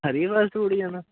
Hariwal food ਜਾਣਾ